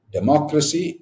Democracy